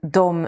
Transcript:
de